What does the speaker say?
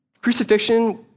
crucifixion